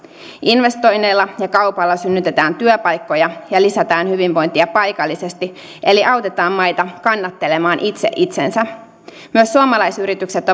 investoinneilla ja kaupalla synnytetään työpaikkoja ja lisätään hyvinvointia paikallisesti eli autetaan maita kannattelemaan itse itsensä myös suomalaisyritykset